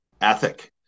ethic